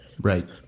Right